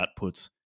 outputs